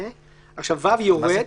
סעיף קטן (ו) יורד.